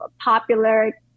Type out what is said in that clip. popular